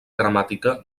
gramàtica